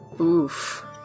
Oof